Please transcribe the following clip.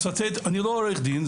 אני לא עורך דין,